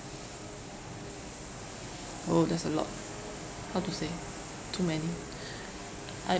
oh there's a lot how to say too many